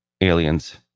Aliens